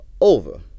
over